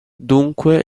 dunque